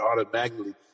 automatically